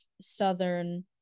southern